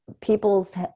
people's